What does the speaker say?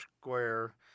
square